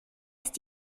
ist